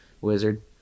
wizard